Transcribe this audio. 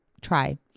try